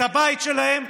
את הבית שלהם,